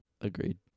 Agreed